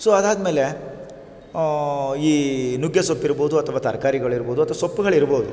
so ಅದಾದಮೇಲೆ ಈ ನುಗ್ಗೆಸೊಪ್ಪಿರ್ಬೋದು ಅಥವಾ ತರಕಾರಿಗಳಿರ್ಬೋದು ಅಥ್ವ ಸೊಪ್ಪುಗಳಿರ್ಬೋದು